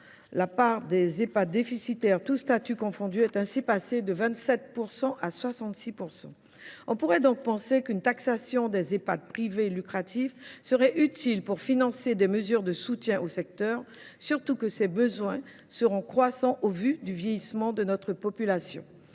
la part des Ehpad déficitaires, tous statuts confondus, est ainsi passée de 27 % à 66 %. Dans ce contexte, on pourrait penser qu’une taxation des Ehpad privés lucratifs serait utile pour financer des mesures de soutien au secteur, d’autant plus que les besoins iront croissant au vu du vieillissement de notre population.